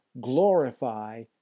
glorify